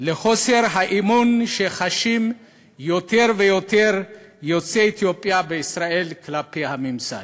לחוסר האמון שחשים יותר ויותר יוצאי אתיופיה בישראל כלפי הממסד.